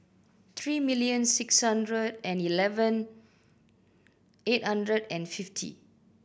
three million six hundred and eleven eight hundred and fifty